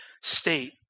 state